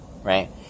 Right